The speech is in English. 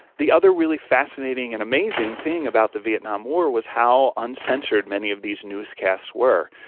the other really fascinating and amazing thing about the vietnam war was how uncensored many of these newscasts were.